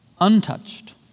untouched